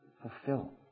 fulfill